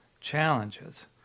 challenges